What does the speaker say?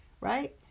right